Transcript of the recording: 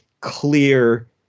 clear